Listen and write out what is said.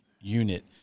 unit